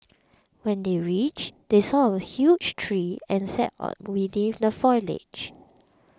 when they reached they saw a huge tree and sat beneath the foliage